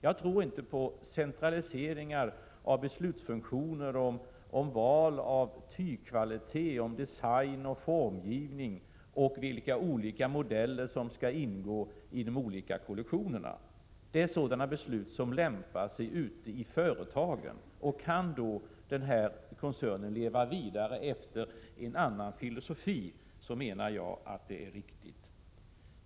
Jag tror inte på centraliseringar av beslut om val av tygkvalitet, design, formgivning och vilka olika modeller som skall ingå i de olika kollektionerna. Sådana beslut lämpar det sig att fatta ute i företagen. Kan då koncernen leva vidare efter en annan filosofi menar jag att det är riktigt.